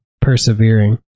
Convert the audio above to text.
persevering